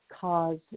cause